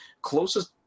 closest